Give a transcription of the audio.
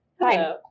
Hi